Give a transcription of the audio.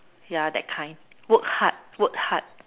yeah that kind work hard work hard